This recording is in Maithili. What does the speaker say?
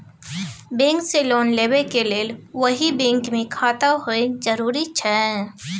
बैंक से लोन लेबै के लेल वही बैंक मे खाता होय जरुरी छै?